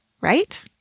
Right